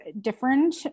different